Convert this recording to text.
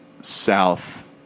south